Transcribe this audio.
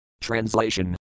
Translation